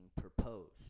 proposed